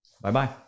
Bye-bye